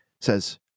says